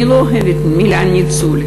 אני לא אוהבת את המילה ניצול,